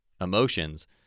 emotions